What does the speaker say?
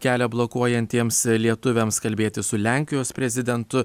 kelia blokuojantiems lietuviams kalbėti su lenkijos prezidentu